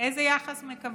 איזה יחס מקבלים.